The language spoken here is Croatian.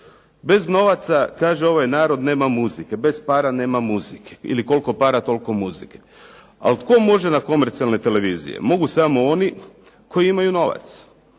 Bez novaca kaže ovaj narod nema muzike, bez para nema muzike ili koliko para toliko muzike. Ali to može na komercijalne televizije? Mogu samo oni koji imaj novac.